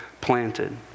planted